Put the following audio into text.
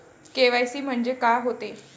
KYC म्हंनजे का होते?